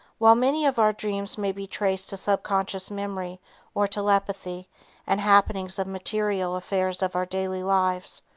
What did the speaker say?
while many of our dreams may be traced to subconscious memory or telepathy and happenings of material affairs of our daily lives,